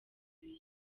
bihe